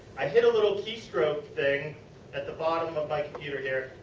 i hit a little key stroke thing at the bottom of my computer here.